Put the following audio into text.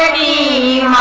e